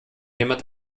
jemand